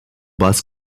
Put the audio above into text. bus